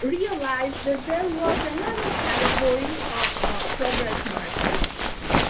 realized that there was another category of of progress markers